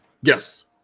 Yes